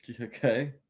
okay